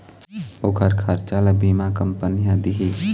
ओखर खरचा ल बीमा कंपनी ह दिही